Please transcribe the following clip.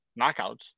knockouts